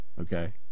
Okay